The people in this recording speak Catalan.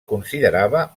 considerava